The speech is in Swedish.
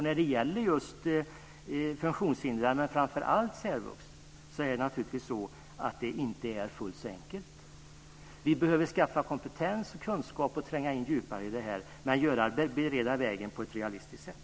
När det gäller just funktionshindrade, men framför allt särvux, är det inte fullt så enkelt. Vi behöver skaffa kompetens och kunskap och tränga in djupare i det här, men bereda vägen på ett realistiskt sätt.